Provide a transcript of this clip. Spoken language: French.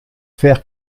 faire